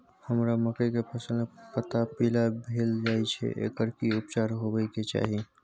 हमरा मकई के फसल में पता पीला भेल जाय छै एकर की उपचार होबय के चाही?